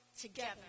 together